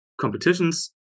competitions